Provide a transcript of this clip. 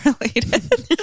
related